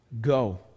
go